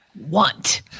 want